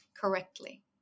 correctly